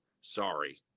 Sorry